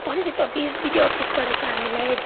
panchayat office BDO अफिसबाट चाहिँ हामीलाई